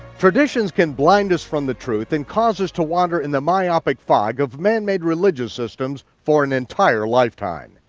traditions can blind us from the truth and cause us to wander in the myopic fog of manmade religious systems for an entire lifetime.